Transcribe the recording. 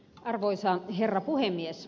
arvoisa herra puhemies